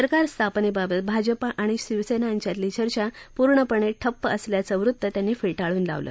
सरकार स्थापनेबाबत भाजपा आणि शिवसेना यांच्यातली चर्चा पूर्णपणे ठप्प असल्याचं वृत्त त्यांनी फेटाळून लावलं